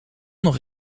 nog